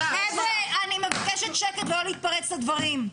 חבר'ה, אני מבקשת שקט, ולא להתפרץ לדברים.